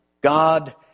God